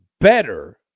better